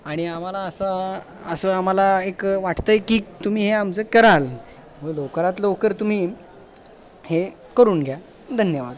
आणि आम्हाला असा असं आम्हाला एक वाटतं आहे की तुम्ही हे आमचं कराल व लवकरात लवकर तुम्ही हे करून घ्या धन्यवाद